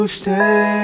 stay